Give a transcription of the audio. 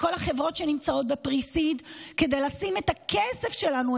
לכל החברות שנמצאות ב-Pre-Seed כדי לשים את הכסף שלנו,